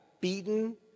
beaten